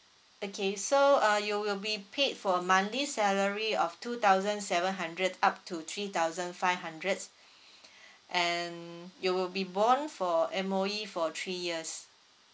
okay so uh you will be paid for a monthly salary of two thousand seven hundred up to three thousand five hundreds and you will be bond for M_O_E for three years